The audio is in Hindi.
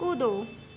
कूदो